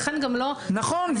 נכון,